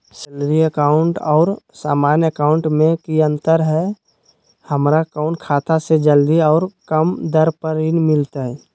Salary account और सामान्य account मे की अंतर है हमरा कौन खाता से जल्दी और कम दर पर ऋण मिलतय?